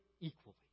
equally